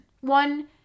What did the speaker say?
one